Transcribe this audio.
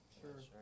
Sure